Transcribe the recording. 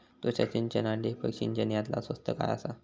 तुषार सिंचन आनी ठिबक सिंचन यातला स्वस्त काय आसा?